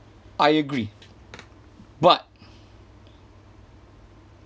I agree but